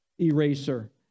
eraser